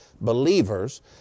believers